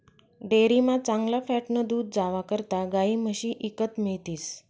डेअरीमा चांगला फॅटनं दूध जावा करता गायी म्हशी ईकत मिळतीस